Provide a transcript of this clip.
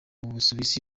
busuwisi